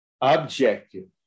objective